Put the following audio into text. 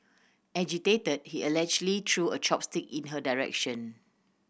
agitated he allegedly threw a chopstick in her direction